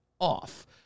off